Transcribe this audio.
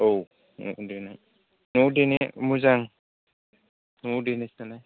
औ न'आवनो देनाय न'आव देनाय मोजां न'आव देनायसो नालाय